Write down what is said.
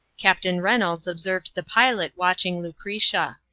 captain reynolds observed the pilot watching lucretia.